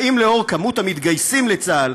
האם לאור מספר המתגייסים לצה"ל,